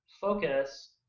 focus